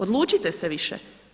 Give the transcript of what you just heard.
Odlučite se više.